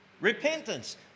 repentance